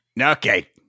Okay